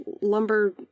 lumber